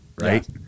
right